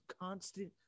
constant